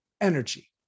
energy